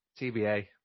TBA